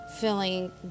feeling